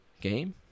game